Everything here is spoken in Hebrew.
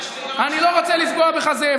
זאב,